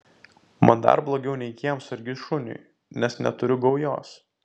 man dar blogiau nei kiemsargiui šuniui nes neturiu gaujos